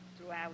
throughout